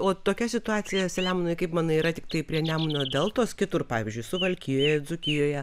o tokia situacija selemonai kaip manai yra tiktai prie nemuno deltos kitur pavyzdžiui suvalkijoje dzūkijoje